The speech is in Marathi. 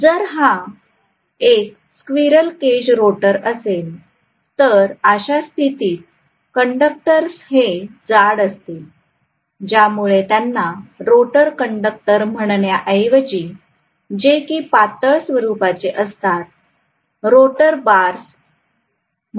जर हा एक स्क्विरल केज रोटर असेल तर अशा स्थितीत कंडक्टर्स हे जाड असतील ज्यामुळे त्यांना रोटर कंडक्टर म्हणण्याऐवजी जे की पातळ स्वरुपाचे असतात रोटर बार्स म्हणतात